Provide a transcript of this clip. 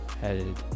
headed